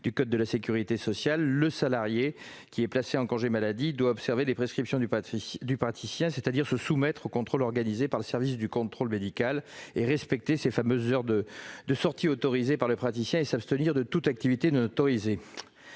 du code de la sécurité sociale : le salarié placé en congé maladie doit observer les prescriptions du praticien, se soumettre aux contrôles organisés par le service du contrôle médical, respecter les heures de sorties autorisées par le praticien et s'abstenir de toute activité non autorisée.